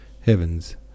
Heavens